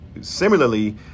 similarly